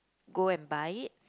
go and buy it